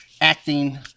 acting